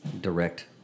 direct